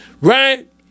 right